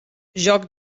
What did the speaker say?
joc